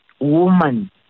woman